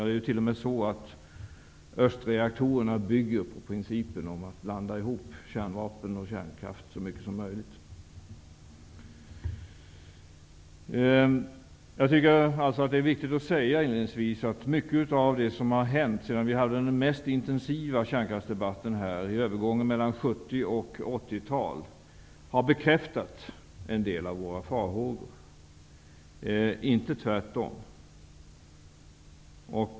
Det är t.o.m. så att östreaktorerna bygger på principen om att blanda ihop kärnvapen och kärnkraft så mycket som möjligt. Jag tycker alltså att det är viktigt att säga inledningsvis att mycket av det som har hänt sedan vi hade den mest intensiva kärnkraftsdebatten, i övergången mellan 70-tal och 80-tal, har bekräftat en del av våra farhågor, inte tvärtom.